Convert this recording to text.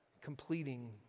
completing